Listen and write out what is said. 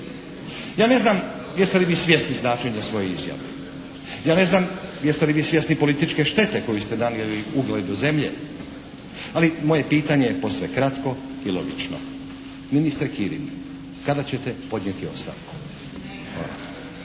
Ja ne znam jeste li vi svjesni značenja svoje izjave? Ja ne znam jeste li vi svjesni političke štete koju ste nanijeli ugledu zemlje? Ali moje pitanje je posve kratko i logično. Ministre Kirin kada ćete podnijeti ostavku?